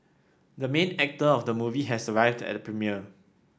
the main actor of the movie has arrived at the premiere